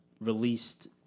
released